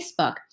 Facebook